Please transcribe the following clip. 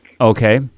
Okay